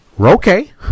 Okay